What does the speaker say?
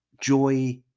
joy